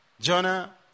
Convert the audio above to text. Jonah